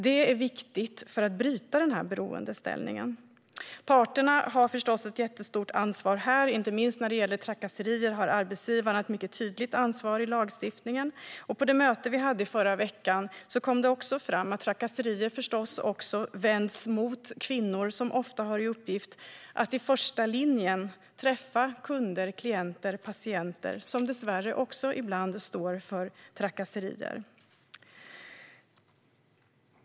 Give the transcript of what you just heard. Detta är viktigt för att bryta beroendeställningen. Parterna har förstås ett jättestort ansvar. Inte minst när det gäller trakasserier har arbetsgivarna ett mycket tydligt ansvar i lagstiftningen. På det möte som vi hade i förra veckan kom det fram att trakasserier förstås också vänds mot kvinnor som ofta har i uppgift att i första linjen träffa kunder, klienter och patienter, som dessvärre ibland står för trakasserier.